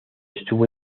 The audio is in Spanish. estuvo